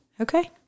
Okay